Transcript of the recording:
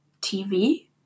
TV